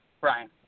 Brian